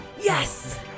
Yes